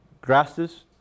grasses